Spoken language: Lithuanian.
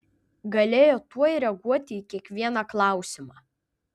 galėjo tuoj reaguoti į kiekvieną klausimą